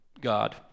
God